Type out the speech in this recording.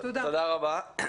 תודה רבה.